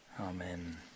amen